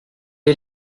est